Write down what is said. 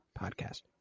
podcast